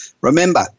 Remember